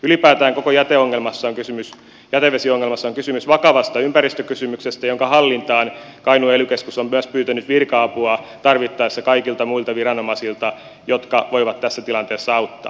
ylipäätään koko jätevesiongelmassa on kysymys vakavasta ympäristökysymyksestä jonka hallintaan kainuun ely keskus on myös pyytänyt virka apua tarvittaessa kaikilta muilta viranomaisilta jotka voivat tässä tilanteessa auttaa